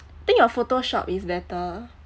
think your photoshop is better